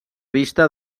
vista